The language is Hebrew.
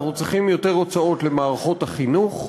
אנחנו צריכים יותר הוצאות למערכות החינוך,